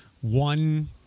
one